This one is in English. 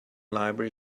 library